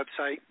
website